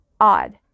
odd